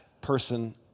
person